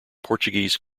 portuguese